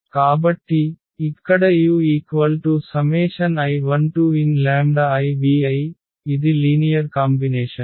కాబట్టి ఇక్కడui1nivi ఇది లీనియర్ కాంబినేషన్